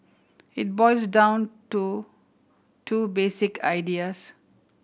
it boils down to two basic ideas